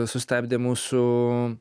sustabdė mūsų